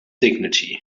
dignity